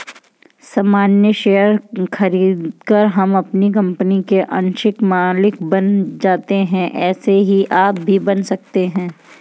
सामान्य शेयर खरीदकर हम कंपनी के आंशिक मालिक बन जाते है ऐसे ही आप भी बन सकते है